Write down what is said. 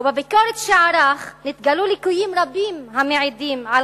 ובביקורת שערך התגלו ליקויים רבים המעידים על